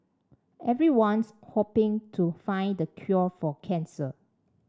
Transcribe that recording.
everyone's hoping to find the cure for cancer